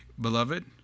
beloved